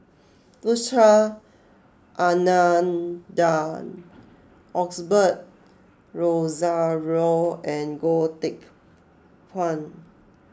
Anandan Osbert Rozario and Goh Teck Phuan